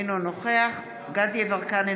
אינו נוכח דסטה גדי יברקן,